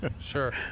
sure